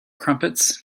crumpets